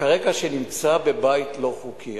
כרגע נמצא בבית לא-חוקי.